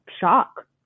shock